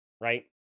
right